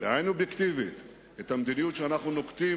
בעין אובייקטיבית את המדיניות שאנחנו נוקטים